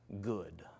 good